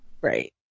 Right